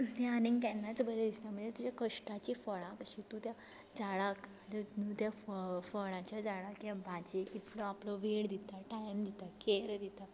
तें आनीक केन्नाच बरें दिसना म्हणजे तुज्या कश्टाचीं फळां कशीं तूं त्या झाडाक न्हू त्या फ फळाच्या झाडाक या भाजयेक इतलो आपलो वेळ दिता टायम दिता कॅर दिता